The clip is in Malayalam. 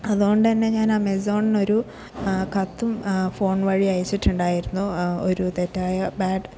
അതുകൊണ്ട് തന്നെ ഞാൻ ആമസോണിന് ഒരു കത്തും ഫോൺ വഴി അയച്ചിട്ടുണ്ടായിരുന്നു ഒരു തെറ്റായ ബാഡ്